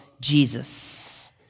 Jesus